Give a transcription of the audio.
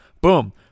boom